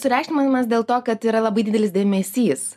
sureikšminamas dėl to kad yra labai didelis dėmesys